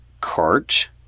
cart